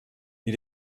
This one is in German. die